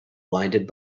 blinded